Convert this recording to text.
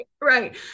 right